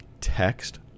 text